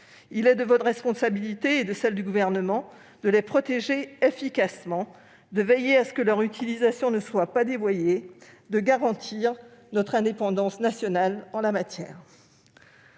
Il est de votre responsabilité et de celle du Gouvernement de les protéger efficacement, de veiller à ce que leur utilisation ne soit pas dévoyée, de garantir notre indépendance nationale en la matière.